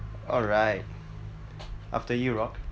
alright after you rock